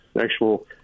actual